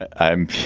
i'm